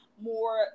more